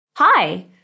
Hi